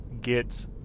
get